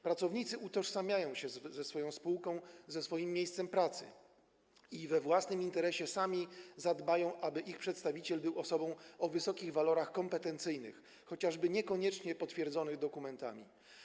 Pracownicy utożsamiają się ze swoją spółką, ze swoim miejscem pracy i we własnym interesie sami zadbają, aby ich przedstawiciel był osobą o wysokich walorach kompetencyjnych, chociaż niekoniecznie potwierdzonych dokumentami.